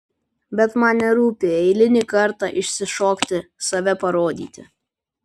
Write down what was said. bet man nerūpi eilinį kartą išsišokti save parodyti